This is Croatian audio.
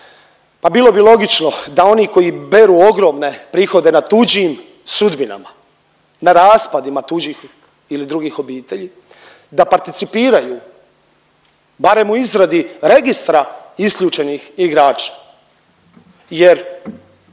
pa bilo bi logično da oni koji beru ogromne prihode na tuđim sudbinama, na raspadima tuđih ili drugih obitelji, da participiraju barem u izradi registra isključenih igrača